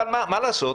אבל, מה לעשות,